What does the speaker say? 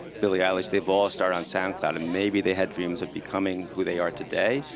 billie eilish. they've all started on soundcloud, and maybe they had dreams of becoming who they are today,